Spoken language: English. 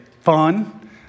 fun